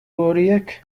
horiek